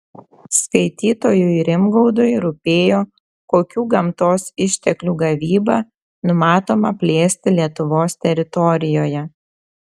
skaitytojui rimgaudui rūpėjo kokių gamtos išteklių gavybą numatoma plėsti lietuvos teritorijoje